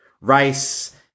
rice